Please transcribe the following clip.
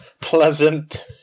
Pleasant